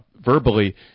verbally